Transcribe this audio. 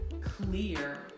clear